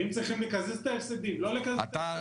האם צריכים לקזז את ההפסדים, לא לקזז את ההפסדים?